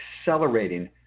accelerating